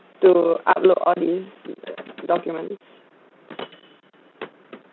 to upload all these uh documents